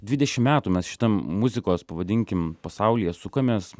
dvidešim metų mes šitam muzikos pavadinkim pasaulyje sukamės